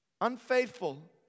Unfaithful